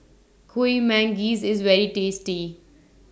Kuih Manggis IS very tasty